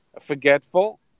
forgetful